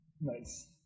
Nice